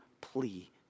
plea